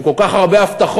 עם כל כך הרבה הבטחות,